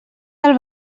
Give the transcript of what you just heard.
del